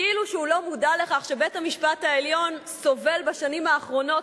כאילו שהוא לא מודע לכך שבית-המשפט העליון סובל בשנים האחרונות